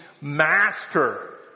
Master